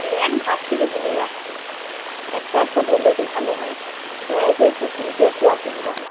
এই এক ধার থেকে বলে যাচ্ছে একটা একটা বললে তো ভালো হয় বয়স হয়েছে শুনতে একটু অসুবিধা হচ্ছে